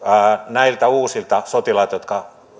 näille uusille sotilaille jotka